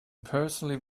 personally